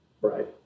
Right